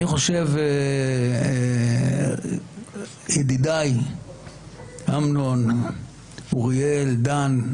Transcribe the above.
אני חושב, ידידיי אמנון, אוריאל, דן,